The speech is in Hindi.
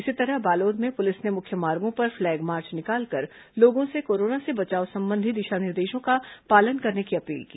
इसी तरह बालोद में पुलिस ने मुख्य मार्गो पर फ्लैग मार्च निकालकर लोगों से कोरोना से बचाव संबंधी दिशा निर्देशों का पालन करने की अपील की